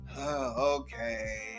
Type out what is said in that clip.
okay